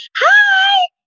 hi